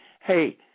hey